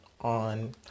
on